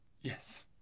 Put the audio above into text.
Yes